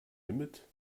limit